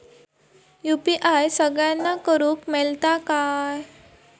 UPI सगळ्यांना करुक मेलता काय?